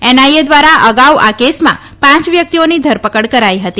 NIA એ દ્વારા અગાઉ આ કેસમાં પાંચ વ્યક્તિઓની ધરપકડ કરાઈ હતી